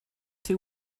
two